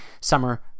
summer